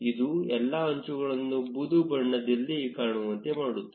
ಇದು ಎಲ್ಲಾ ಅಂಚುಗಳನ್ನು ಬೂದು ಬಣ್ಣದಲ್ಲಿ ಕಾಣುವಂತೆ ಮಾಡುತ್ತದೆ